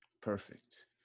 perfect